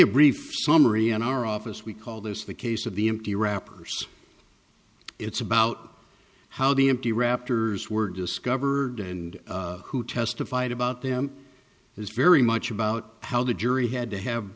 a brief summary in our office we call this the case of the empty wrappers it's about how the empty raptors were discovered and who testified about them is very much about how the jury had to have